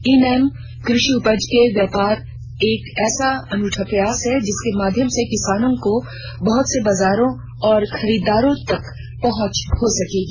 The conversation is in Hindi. ई नैम कृषि उपज के व्यापार एक ऐसा अनूठा प्रयास है जिसके माध्यम से किसानों की बहुत से बाजारों और खरीददारों तक पहुंच हो सकेगी